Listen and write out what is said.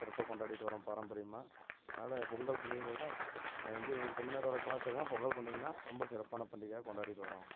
சிறப்பாக கொண்டாடிகிட்டு வரோம் பாரம்பரியமாக அதனால பொங்கல் பண்டிகைன்னு பார்த்திங்கனா எங்கு எங்கள் தமிழ்நாட்டோட கலாச்சாரோன்னா பொங்கல் பண்டிகைன்னா ரொம்ப சிறப்பான பண்டிகையாக கொண்டாடிகிட்டு வரோம்